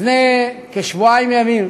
לפני כשבועיים ימים,